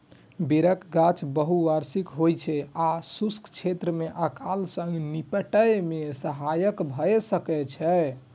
बेरक गाछ बहुवार्षिक होइ छै आ शुष्क क्षेत्र मे अकाल सं निपटै मे सहायक भए सकै छै